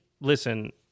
listen